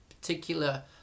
particular